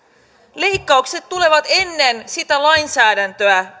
leikkaukset tulevat ennen sitä lainsäädäntöä